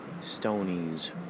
Stonies